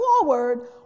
forward